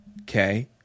Okay